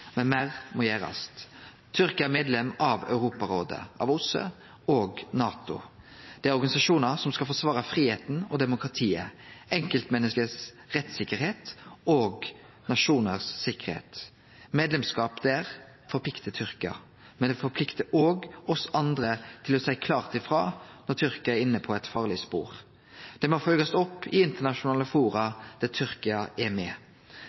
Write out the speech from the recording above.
Men meir må gjerast. Tyrkia er medlem av Europarådet, av OSSE og av NATO. Det er organisasjonar som skal forsvare fridomen og demokratiet, enkeltmenneskets rettstryggleik og nasjonars tryggleik – medlemskap der forpliktar Tyrkia. Men det forpliktar òg oss andre til å seie klart frå når Tyrkia er inne på eit farleg spor. Det må følgjast opp i internasjonale fora der Tyrkia er med.